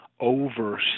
over